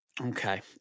Okay